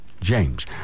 James